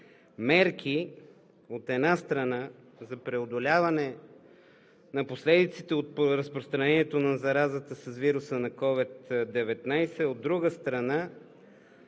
мерки, от една страна, за преодоляване на последиците от разпространението на заразата с вируса на COVID-19, а от друга страна,